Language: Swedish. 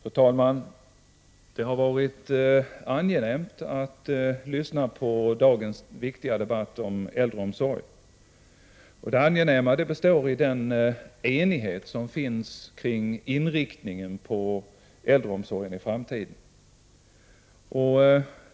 Fru talman! Det har varit angenämt att lyssna på dagens viktiga debatt om äldreomsorgen. Det angenäma består i den enighet som finns kring inriktningen av äldreomsorgen för framtiden.